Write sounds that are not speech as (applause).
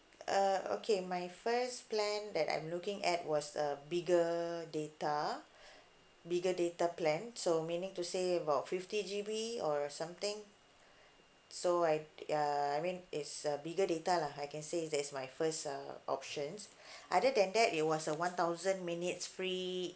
uh okay my first plan that I'm looking at was a bigger data (breath) bigger data plan so meaning to say about fifty G_B or something (breath) so I uh I mean it's a bigger data lah I can say is that is my first uh options (breath) other than that it was a one thousand minutes free